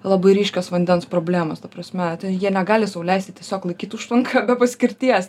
labai ryškios vandens problemos ta prasme jie negali sau leisti tiesiog laikyt užtvanką be paskirties